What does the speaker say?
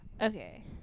Okay